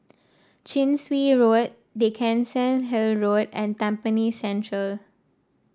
Chin Swee Road Dickenson Hill Road and Tampine Central